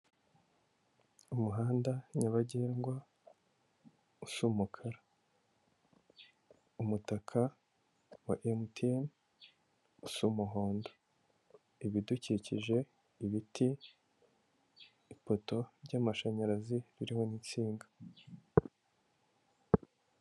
Umuhanda nyabagendwa usa umukara, umutaka wa MTN usa umuhondo, ibidukikije, ibiti, ipoto ry'amashanyarazi ririho n'insinga.